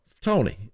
Tony